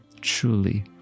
Truly